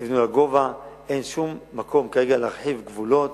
תבנו לגובה, אין שום מקום כרגע להרחיב גבולות